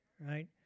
right